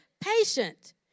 patient